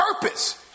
purpose